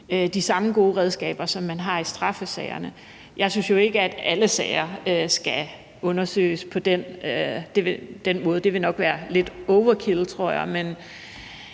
de samme gode redskaber, som man har i straffesagerne. Jeg synes jo ikke, at alle sager skal undersøges på den måde, for det tror jeg nok vil være lidt overkill. Men jeg